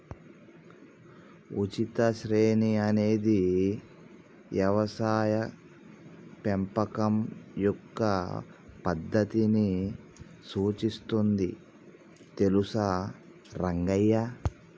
ఉచిత శ్రేణి అనేది యవసాయ పెంపకం యొక్క పద్దతిని సూచిస్తుంది తెలుసా రంగయ్య